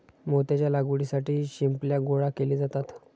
मोत्याच्या लागवडीसाठी शिंपल्या गोळा केले जातात